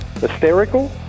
hysterical